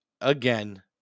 again